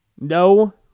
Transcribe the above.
No